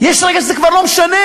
יש רגע שזה כבר לא משנה.